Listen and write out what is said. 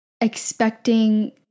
expecting